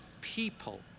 people